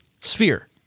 sphere